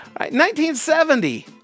1970